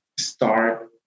Start